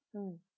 mm